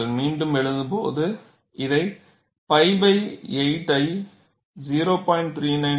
நீங்கள் மீண்டும் எழுதும்போது இதை pi 8 ஐ 0